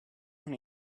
non